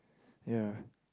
ya